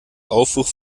aufruf